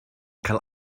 cael